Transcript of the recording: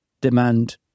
demand